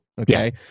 Okay